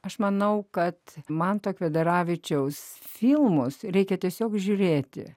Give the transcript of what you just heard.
aš manau kad manto kvedaravičiaus filmus reikia tiesiog žiūrėti